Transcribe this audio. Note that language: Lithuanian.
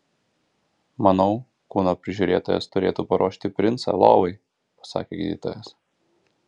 manau kūno prižiūrėtojas turėtų paruošti princą lovai pasakė gydytojas